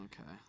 Okay